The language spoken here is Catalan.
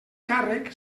càrrec